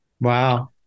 Wow